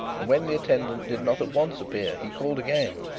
and when the attendant did not at once appear he called again.